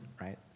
right